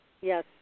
Yes